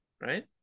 right